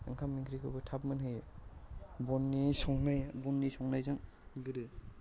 ओंखाम ओंख्रिखौबो थाब मोनहोयो बननि संनाया बननि संनायजों गोदो